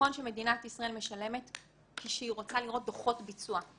שמדינת ישראל משלמת כשהיא רוצה לראות דוחות ביצוע,